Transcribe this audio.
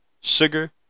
sugar